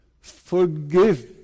Forgive